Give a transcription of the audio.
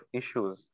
issues